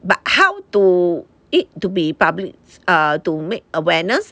but how to it to be public err to make awareness